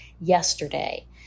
yesterday